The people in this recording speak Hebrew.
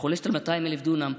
שחולשת על 200,000 דונם,